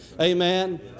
amen